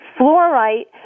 fluorite